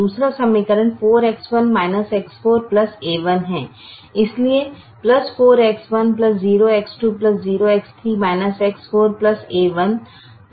दूसरा समीकरण 4 X1 X4 a1 है इसलिए 4X1 0X2 0X3 X4 a1